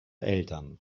eltern